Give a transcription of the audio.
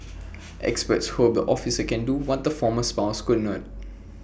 experts hope the officer can do what the former spouse cannot